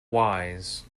wise